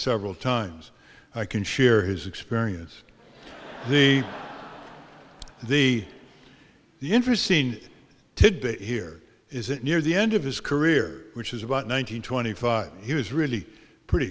several times i can share his experience the the the interest scene tidbit here is that near the end of his career which is about one hundred twenty five he was really pretty